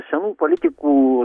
senų politikų